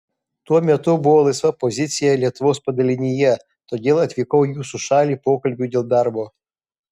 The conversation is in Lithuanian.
tuo metu buvo laisva pozicija lietuvos padalinyje todėl atvykau į jūsų šalį pokalbiui dėl darbo